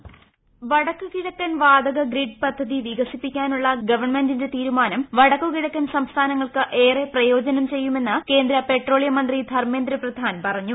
voice വടക്ക് കിഴക്കൻ വാതക ഗ്രിഡ് പദ്ധതി വികസിപ്പിക്കാനുള്ള ഗവൺമെന്റിന്റെ തീരുമാനം വടക്ക് കിഴക്കൻ സംസ്ഥാനങ്ങൾക്ക് ഏറെ പ്രയോജനം ചെയ്യുമെന്ന് കേന്ദ്ര പെട്രോളിയം മന്ത്രി ധർമ്മേന്ദ്ര പ്രധാൻ പറഞ്ഞു